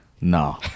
no